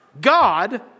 God